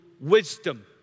wisdom